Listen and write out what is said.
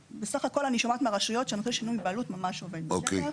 אני שומעת מהרשויות שנושא שינוי בעלות ממש עובד בסדר.